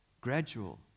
gradual